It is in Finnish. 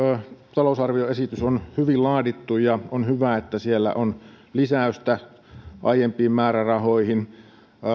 talousarvioesitys on hyvin laadittu ja on hyvä että siellä on lisäystä aiempiin määrärahoihin